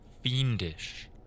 fiendish